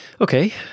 Okay